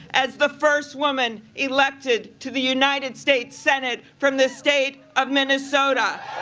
as the first woman elected to the united states senate from the state of minnesota.